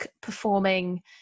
performing